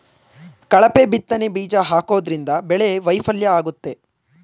ಕಳಪೆ ಬಿತ್ತನೆ ಬೀಜ ಹಾಕೋದ್ರಿಂದ ಬೆಳೆ ವೈಫಲ್ಯ ಆಗುತ್ತೆ